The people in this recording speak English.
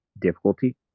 difficulty